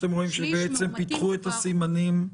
אתם רואים שבעצם פיתחו את הסימנים.